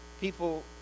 People